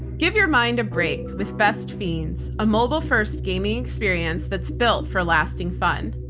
give your mind a break with best fiends. a mobile-first gaming experience that's built for lasting fun.